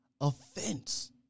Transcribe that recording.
offense